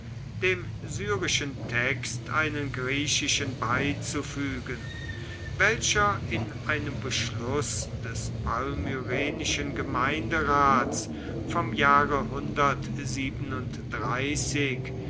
dem syrischen text einen griechischen beizufügen welcher in einem beschluß des palmyrenischen gemeinderats vom jahre